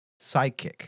sidekick